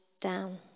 down